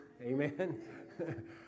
Amen